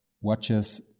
watches